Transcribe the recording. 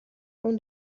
اون